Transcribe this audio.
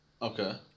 Okay